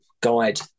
guide